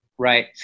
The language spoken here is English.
Right